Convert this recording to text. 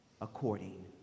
according